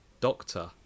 Doctor